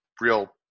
real